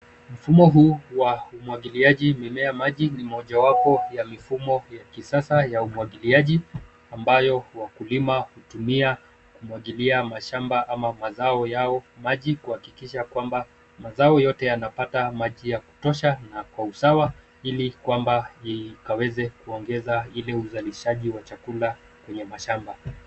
Mfumo huu wa umwagiliaji mimea maji ni mojawapo ya mifumo ya kisasa ya umwagiliaji ambayo wakulima hutumia kumwagilia mashamba ama mazao yao maji kuhakikisha kwamba mazao yote yanapata maji ya kutosha na kwa usawa ili kwamba ikaweze kuongeza ile uzalishaji wa chakula kwenye mashamba.